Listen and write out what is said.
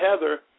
Heather